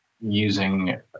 using